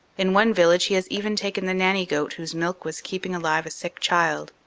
in one village he has even taken the nanny-goat whose milk was keeping alive a sick child.